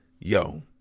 yo